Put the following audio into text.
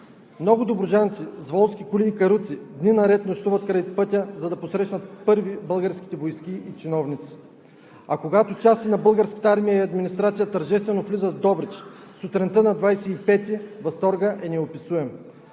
Много добруджанци с волски коли и каруци дни наред нощуват край пътя, за да посрещнат първи българските войски и чиновници, а когато части на Българската армия и администрация тържествено влизат в Добрич сутринта на 25-и, възторгът е неописуем.